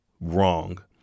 wrong